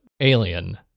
alien